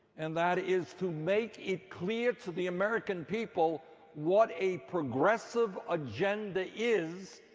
and that is to make it clear to the american people what a progressive agenda is,